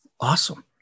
awesome